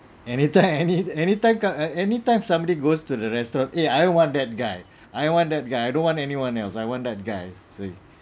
anytime any anytime anytime somebody goes to the restaurant eh I want that guy I want that guy I don't want anyone else I wondered guy see